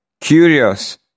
Curious